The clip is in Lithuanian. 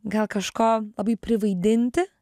gal kažko labai privaidinti